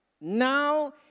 Now